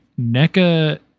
NECA